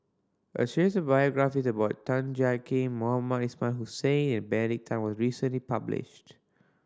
a series of biographies about Tan Jiak Kim Mohamed Ismail Hussain and Bene Tan was recently published